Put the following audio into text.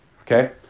okay